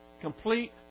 complete